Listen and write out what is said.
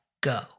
go